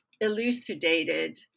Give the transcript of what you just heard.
elucidated